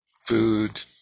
Food